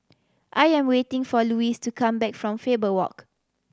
I am waiting for Louis to come back from Faber Walk